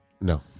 No